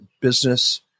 business